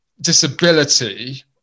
disability